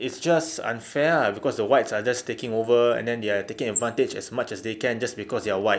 it's just unfair ah cause the whites are just taking over and then they are taking advantage as much as they can just cause they are white